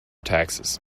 taxes